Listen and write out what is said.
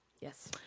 Yes